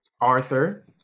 Arthur